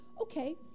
okay